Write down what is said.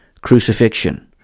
crucifixion